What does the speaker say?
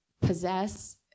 possess